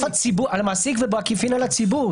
על המעסיק ובעקיפין על הציבור.